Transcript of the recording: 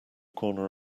corner